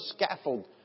scaffold